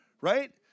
right